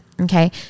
Okay